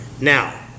Now